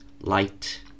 light